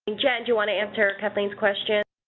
jen, you wanna answer kathleen's question?